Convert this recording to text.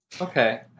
Okay